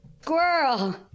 Squirrel